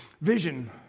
Vision